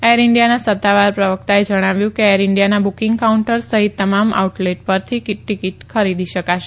air ઇન્ડિયાના સત્તાવાર પ્રવક્તાએ જણાવ્યું કે એર ઇન્ડિયાના બુકિંગ કાઉન્ટર સહિત તમામ આઉટલેટ પરથી ટિકિટ ખરીદી શકાશે